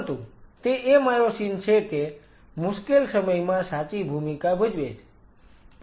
પરંતુ તે એ માયોસિન છે કે મુશ્કેલ સમયમાં સાચી ભૂમિકા ભજવે છે